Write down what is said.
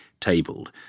tabled